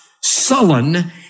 sullen